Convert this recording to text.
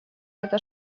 это